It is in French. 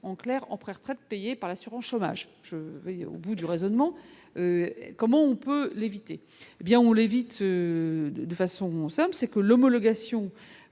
en clair en près retraite payée par la surenchère je au bout du raisonnement, comment on peut l'éviter, hé bien on l'évite de façon somme c'est que l'homologation